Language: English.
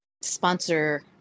sponsor